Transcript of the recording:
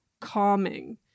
calming